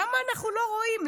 למה אנחנו לא רואים?